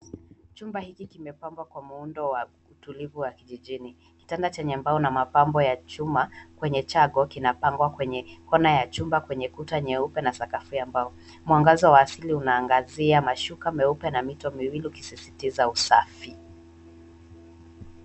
Chumba hiki kimepambwa kwa muundo wa utulivu wa kijijini. Kitanda chenye mbao na mapambo ya chuma kwenye chago kinapangwa kwenye kona ya chumba kwenye kuna nyeupe na sakafu ya mbao mwangaza wa asili unaangazia mashuka meupe na mito miwili ukisisitiza usafi.